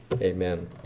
Amen